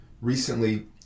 Recently